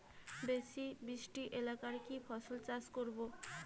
বেশি বৃষ্টি এলাকায় কি ফসল চাষ করব?